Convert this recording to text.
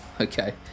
Okay